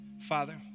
Father